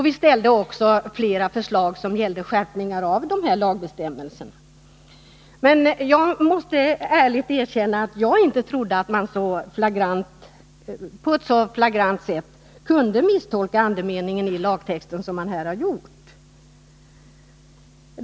Vi ställde också flera förslag till skärpningar av bestämmelserna i lagen. Men jag måste ärligt erkänna att jag inte trodde att man på ett så flagrant sätt skulle kunna misstolka andemeningen i lagtexten som man gjort i detta fall.